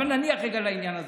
אבל נניח רגע לעניין הזה.